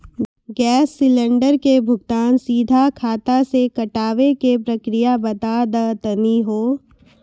Gas cylinder के भुगतान सीधा खाता से कटावे के प्रक्रिया बता दा तनी हो?